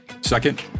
Second